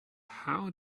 how